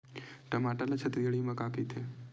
टमाटर ला छत्तीसगढ़ी मा का कइथे?